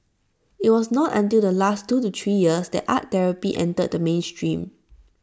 IT was not until the last two to three years that art therapy entered the mainstream